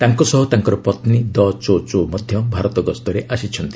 ତାଙ୍କ ସହ ତାଙ୍କର ପତ୍ରୀ ଦ ଚୋ ଚୋ ମଧ୍ୟ ଭାରତ ଗସ୍ତରେ ଆସିଛନ୍ତି